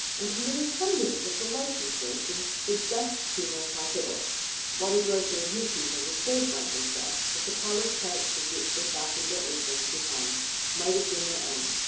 and committed hundreds of the like mistakes, in the best humour possible while the grocer and his people were so frank and fresh that the polished hearts with which they fastened their aprons behind might have been their own,